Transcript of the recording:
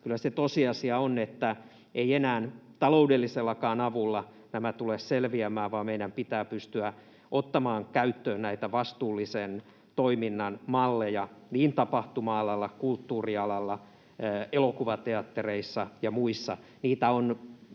kyllä se tosiasia on, että eivät enää taloudellisella avulla nämä tule selviämään vaan meidän pitää pystyä ottamaan käyttöön näitä vastuullisen toiminnan malleja niin tapahtuma-alalla, kulttuurialalla, elokuvateattereissa kuin muissa. Niitä on